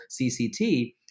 CCT